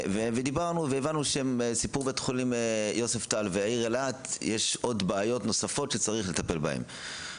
הבנו שביוספטל ובעיר אילת יש בעיות נוספות שצריך לטפל בהן.